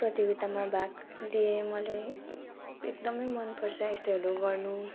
प्रतियोगितामा भाग लिएँ मैले एकदमै मनपर्छ यस्तोहरू गर्नु